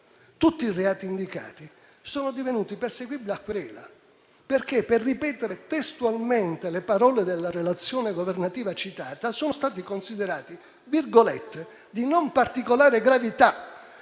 tutti i reati indicati sono divenuti perseguibili a seguito di querela, perché - per ripetere testualmente le parole della relazione governativa citata - sono stati considerati «di non particolare gravità»